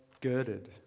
girded